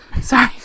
sorry